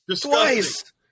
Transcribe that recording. Twice